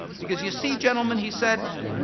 because you see, gentlemen, he said,